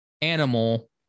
animal